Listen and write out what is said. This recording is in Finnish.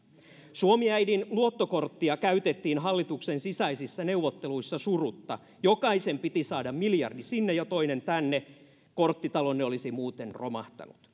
suomi äidin luottokorttia käytettiin hallituksen sisäisissä neuvotteluissa surutta jokaisen piti saada miljardi sinne ja toinen tänne korttitalonne olisi muuten romahtanut